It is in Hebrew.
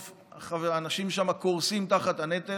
האנשים שם קורסים תחת הנטל,